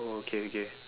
oh okay okay